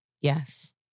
Yes